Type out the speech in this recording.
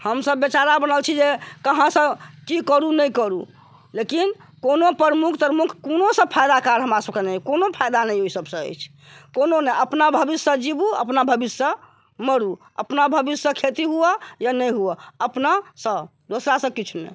हम सभ बेचारा बनल छी जे कहाँसँ कि करु नहि करु लेकिन कोनो प्रमुख त्रमुख कोनोसँ फायदाकार हमरा सभके नहि कोनो फाइदा ओहि सभसँ नहि अछि कोनो नहि अपना भविष्यसँ जीबू अपना भविष्यसँ मरु अपना भविष्यसँ खेती हुअ या नहि हुअ अपनासँ दोसरासँ किछु नहि